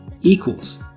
equals